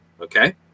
okay